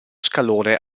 scalone